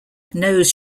knows